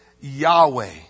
Yahweh